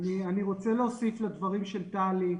אני רוצה להוסיף לדברים של טלי.